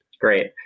Great